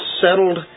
settled